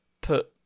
put